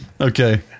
okay